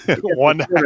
One